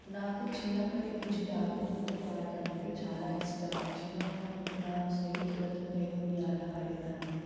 నాకు చిన్నప్పటి నుంచి దాగుడుమూతలు ఆట అంటే చాలా ఇష్టం చిన్నగున్నప్పుడు నాస్నేహితులతో నేను ఈ ఆట ఆడే దాన్ని